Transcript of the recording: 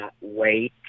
wait